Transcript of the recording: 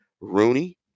Rooney